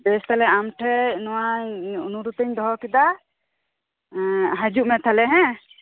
ᱵᱮᱥ ᱛᱟᱞᱦᱮ ᱟᱢᱴᱷᱮᱡ ᱱᱚᱣᱟ ᱚᱱᱩᱨᱳᱫᱽ ᱤᱧ ᱫᱚᱦᱚ ᱠᱮᱫᱟ ᱦᱤᱡᱩᱜ ᱢᱮ ᱛᱟᱞᱦᱮ ᱦᱮᱸ